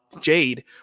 Jade